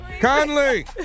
Conley